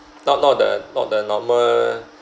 not not the not the normal